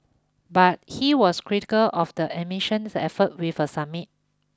but he was critical of the admission's effort with a summit